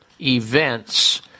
events